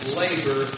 labor